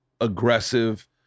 aggressive